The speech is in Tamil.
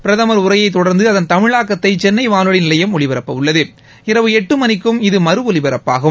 பிரதமர் உரையை தொடர்ந்து அதன் தமிழாக்கத்தை சென்ளை வானொலி நிலையம் ஒலிபரப்பவுள்ளது இரவு எட்டு மனிக்கும் இது மறு ஒலிபரப்பாகும்